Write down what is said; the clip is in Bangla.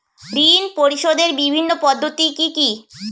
ঋণ পরিশোধের বিভিন্ন পদ্ধতি কি কি?